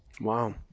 Wow